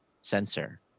sensor